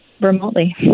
remotely